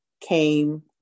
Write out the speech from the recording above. came